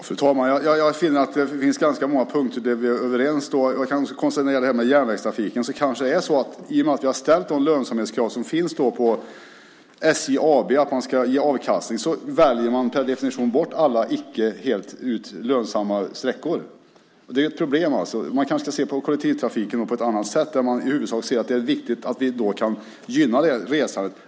Fru talman! Jag finner att det finns ganska många punkter där vi är överens. När det gäller järnvägstrafiken kanske det är så att i och med att vi har ställt de lönsamhetskrav som finns på SJ AB att det ska ge avkastning så väljer man per definition bort alla icke helt lönsamma sträckor. Det är ett problem. Man kanske ska se på kollektivtrafiken på ett annat sätt så att man i huvudsak ser att det är viktigt att vi kan gynna resandet.